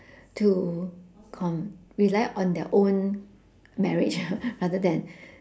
to rely on their own marriage rather then